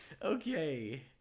Okay